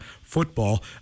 football